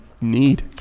need